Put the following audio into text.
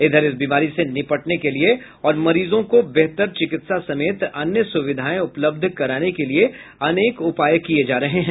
इधर इस बीमारी से निपटने के लिये और मरीजों को बेहतर चिकित्सा समेत अन्य सुविधा उपलब्ध कराने के लिये अनेक उपाय किये जा रहे हैं